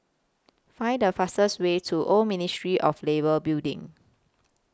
Find The fastest Way to Old Ministry of Labour Building